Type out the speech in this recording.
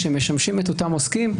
שמשמשים את אותם עוסקים,